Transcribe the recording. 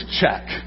check